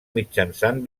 mitjançant